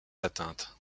atteinte